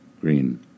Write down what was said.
Green